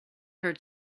her